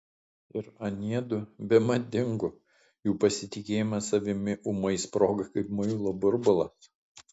ir aniedu bemat dingo jų pasitikėjimas savimi ūmai sprogo kaip muilo burbulas